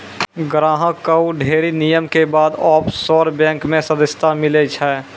ग्राहक कअ ढ़ेरी नियम के बाद ऑफशोर बैंक मे सदस्यता मीलै छै